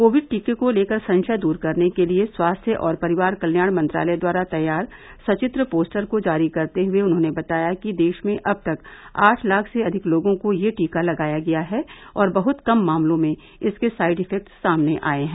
Covid टीके को लेकर संशय दूर करने के लिए स्वास्थ्य और परिवार कल्याण मंत्रालय द्वारा तैयार सचित्र पोस्टर को जारी करते हुए उन्होंने बताया कि देश में अब तक आठ लाख से अधिक लोगों को यह टीका लगाया गया है और बहुत कम मामलों में इसके साइड इफेक्टस सामने आए हैं